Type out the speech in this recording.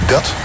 Dat